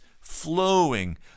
flowing